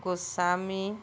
Goswami